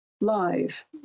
live